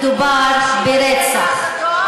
נגד אוכלוסייה אזרחית, אז מדובר ברצח.